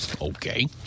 okay